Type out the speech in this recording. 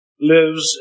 Lives